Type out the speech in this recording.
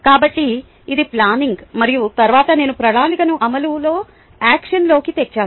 కాబట్టి అది ప్లానింగ్ మరియు తరువాత నేను ప్రణాళికను అమలులో యాక్షన్లోకి తెచ్చాను